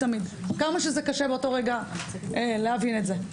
כמה שזה קשה באותו רגע להבין את זה.